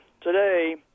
today